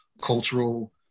cultural